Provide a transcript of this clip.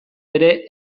ere